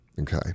Okay